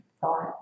thought